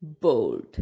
bold